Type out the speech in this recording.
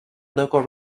local